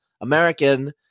American